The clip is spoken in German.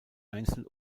einzel